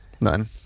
None